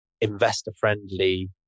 investor-friendly